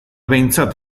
behintzat